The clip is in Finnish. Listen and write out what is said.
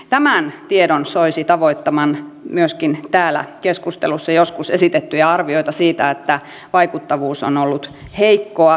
tämän tiedon soisi tavoittavan myöskin täällä keskustelussa joskus esitettyjä arvioita siitä että vaikuttavuus on ollut heikkoa